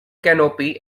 canopy